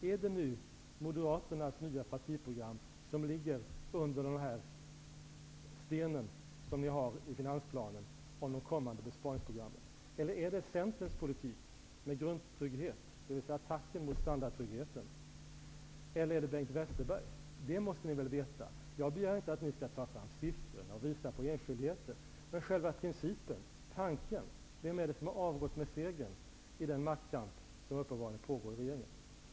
Är det Moderaternas nya partiprogram som ligger under den sten som ni har i finansplanen om de kommande besparingsprogrammen? Är det angreppet mot standardtryggheten, eller är det Bengt Westerbergs politik? Jag begär inte att ni skall ta fram siffror och visa på enskildheter. Det är fråga om själva principen, tanken. Vem är det som har avgått med segern i den maktkamp som uppenbarligen pågår i regeringen?